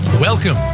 Welcome